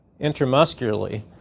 intramuscularly